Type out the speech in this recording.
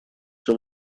все